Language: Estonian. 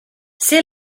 see